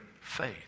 faith